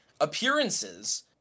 appearances